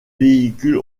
véhicule